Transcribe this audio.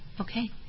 Okay